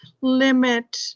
limit